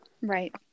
right